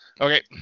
Okay